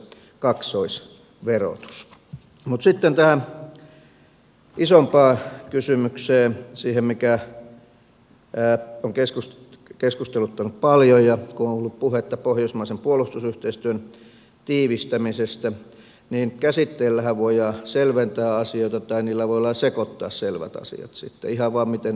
mutta sitten tähän isompaan kysymykseen siihen mikä on keskusteluttanut paljon ja kun on ollut puhetta pohjoismaisen puolustusyhteistyön tiivistämisestä niin käsitteillähän voidaan selventää asioita tai niillä voidaan sekoittaa selvät asiat ihan vain miten niitä käytetään